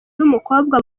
n’umukobwa